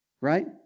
Right